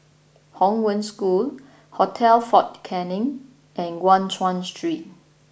Hong Wen School Hotel Fort Canning and Guan Chuan Street